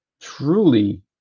truly